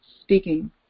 speaking